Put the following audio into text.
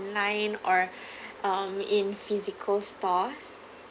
online or um in physical stores